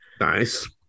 Nice